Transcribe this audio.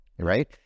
Right